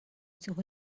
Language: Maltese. tieħu